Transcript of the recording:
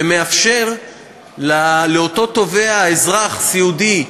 ומאפשר לאותו תובע, אזרח סיעודי,